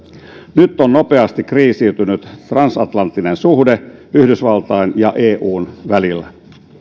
nyt on nopeasti kriisiytynyt transatlanttinen suhde yhdysvaltain ja eun välillä